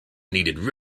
needed